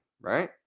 right